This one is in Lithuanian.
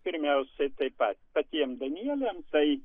pirmiausiai taip pat patiem danieliam tai